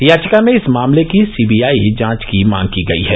याचिका में इस मामले की सीबीआई जांच की मांगकी गई है